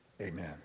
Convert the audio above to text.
amen